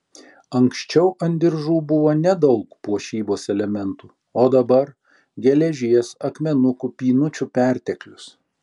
anksčiau ant diržų buvo nedaug puošybos elementų o dabar geležies akmenukų pynučių perteklius